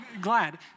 glad